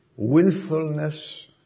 Willfulness